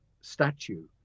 statue